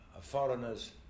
foreigners